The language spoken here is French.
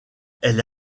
elle